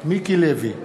מיקי לוי,